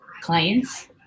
clients